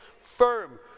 firm